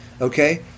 Okay